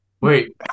Wait